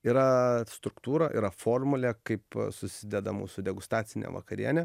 yra struktūra yra formulė kaip susideda mūsų degustacinė vakarienė